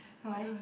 why